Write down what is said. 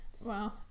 Wow